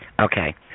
Okay